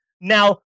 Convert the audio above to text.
Now